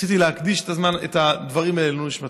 רציתי להקדיש את הדברים האלה לעילוי נשמתו.